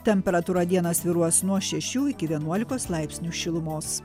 temperatūra dieną svyruos nuo šešių iki vienuolikos laipsnių šilumos